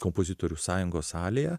kompozitorių sąjungos salėje